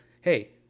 hey